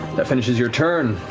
that finishes your turn.